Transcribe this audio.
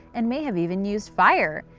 and may have even used fire.